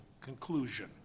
conclusion